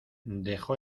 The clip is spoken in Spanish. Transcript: dejó